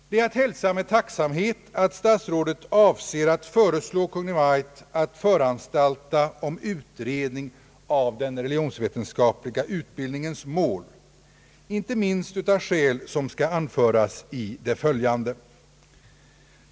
Det är att hälsa med tacksamhet att statsrådet avser att föreslå Kungl. Maj:t att föranstalta om utredning av den re-: ligionsvetenskapliga utbildningens mål — icke minst av skäl som skall anföras i det följande.